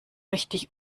richtig